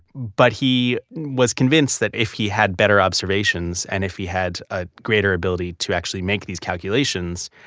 but he was convinced that if he had better observations and if he had a greater ability to actually make these calculations,